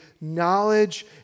knowledge